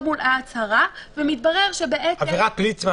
עבירה פלילית,